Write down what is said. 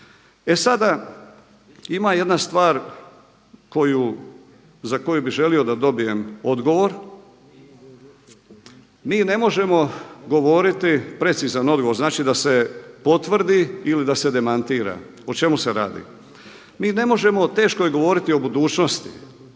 E sada ima jedna stvar za koju bi želio da dobijem odgovor, precizan odgovor, znači da se potvrdi ili da se demantira. O čemu se radi? Mi ne možemo teško je govoriti o budućnosti,